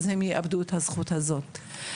אז הם יאבדו את הזכות הזאת.